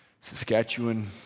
Saskatchewan